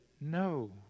no